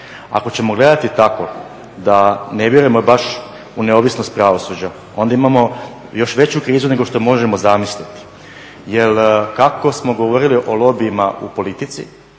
ako ćemo gledati tako da ne vjerujemo baš u neovisnost pravosuđa, onda imamo još veću krizu nego što možemo zamisliti jer kako smo govorili o lobijima u politici,